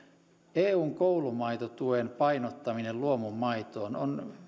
eun koulumaitotuen painottaminen luomumaitoon on